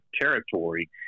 territory